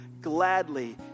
gladly